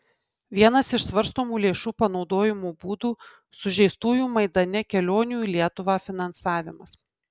vienas iš svarstomų lėšų panaudojimo būdų sužeistųjų maidane kelionių į lietuvą finansavimas